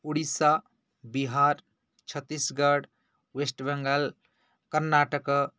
Odisha Bihar Chhattisgarh West Bengal Karnataka